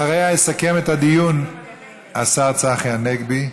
אחריה יסכם את הדיון השר צחי הנגבי,